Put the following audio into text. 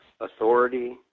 authority